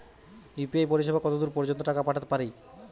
UPI পরিসেবা কতদূর পর্জন্ত টাকা পাঠাতে পারি?